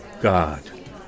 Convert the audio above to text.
God